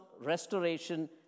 restoration